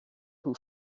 who